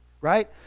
right